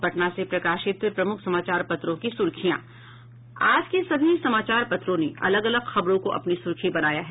अब पटना से प्रकाशित प्रमुख समाचार पत्रों की सुर्खियां आज के सभी समाचार पत्रों ने अलग अलग खबरों को अपनी सुर्खी बनाया है